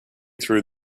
through